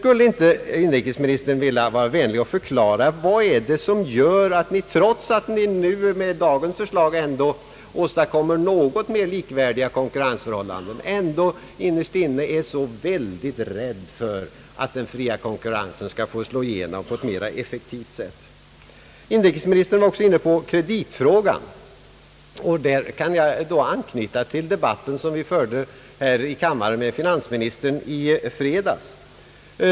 Skulle inte inrikesministern vilja vara vänlig att förklara, vad det är som gör att ni — trots att ni med dagens förslag åstadkommer något mer likvärdiga konkurrensförhållanden — ändå innerst inne är så väldigt rädda för att den fria konkurrensen skall slå igenom på ett mer effektivt sätt? Inrikesministern var också inne på kreditfrågan. I det fallet kan jag anknyta till vår debatt med finansministern i fredags här i kammaren.